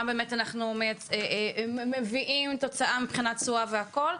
באמת מביאים בתוצאה מבחינת תשואה והכל.